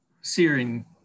searing